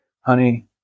honey